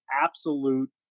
absolute